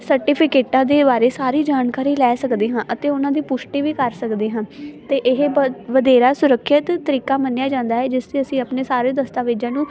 ਸਰਟੀਫਿਕੇਟਾਂ ਦੇ ਬਾਰੇ ਸਾਰੀ ਜਾਣਕਾਰੀ ਲੈ ਸਕਦੇ ਹਾਂ ਅਤੇ ਉਹਨਾਂ ਦੀ ਪੁਸ਼ਟੀ ਵੀ ਕਰ ਸਕਦੇ ਹਾਂ ਤਾਂ ਇਹ ਵਦ ਵਧੇਰਾ ਸੁਰੱਖਿਅਤ ਤਰੀਕਾ ਮੰਨਿਆ ਜਾਂਦਾ ਹੈ ਜਿਸ 'ਚ ਅਸੀਂ ਆਪਣੇ ਸਾਰੇ ਦਸਤਾਵੇਜ਼ਾਂ ਨੂੰ